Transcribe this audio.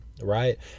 right